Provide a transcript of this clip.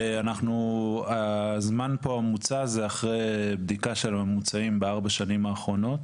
אנחנו הזמן פה המוצע זה אחרי בדיקה של הממוצעים בארבע שנים האחרונות,